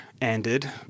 ended